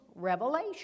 revelation